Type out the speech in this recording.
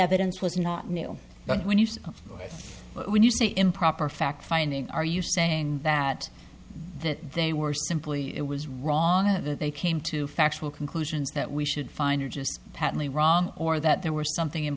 evidence was not new but when you say when you say improper fact finding are you saying that that they were simply it was wrong and that they came to factual conclusions that we should find or just patently wrong or that there were something i